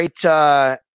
great –